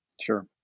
Sure